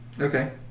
Okay